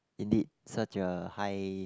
indeed such a high